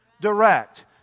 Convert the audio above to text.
Direct